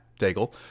daigle